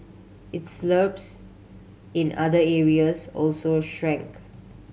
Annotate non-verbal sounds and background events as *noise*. its *unintelligible* in other areas also shrank